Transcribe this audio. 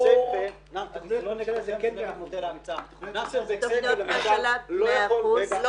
בכסייפה לא יכול --- לא,